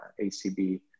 ACB